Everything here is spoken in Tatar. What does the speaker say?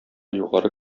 югары